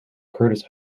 curtis